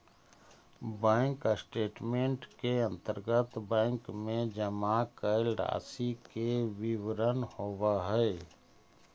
bank statement के अंतर्गत bank में जमा कैल राशि के विवरण होवऽ हइ